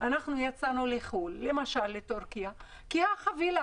אנחנו יצאנו לחו"ל למשל לתורכיה כי החבילה